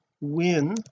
win